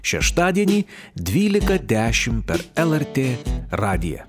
šeštadienį dvylika dešim per lrt radiją